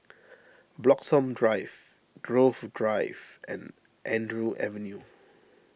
Bloxhome Drive Grove Drive and Andrew Avenue